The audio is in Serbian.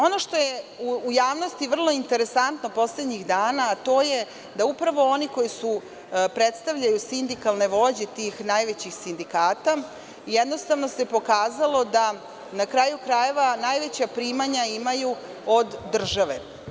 Ono što je u javnosti vrlo interesantno poslednjih dana, a to je da upravo oni koji predstavljaju sindikalne vođe tih najvećih sindikata, pokazalo se da, na kraju krajeva, najveća primanja imaju od države.